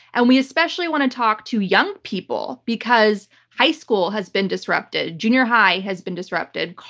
and we especially want to talk to young people because high school has been disrupted. junior high has been disrupted.